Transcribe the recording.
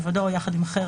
לבדו או יחד עם אחר,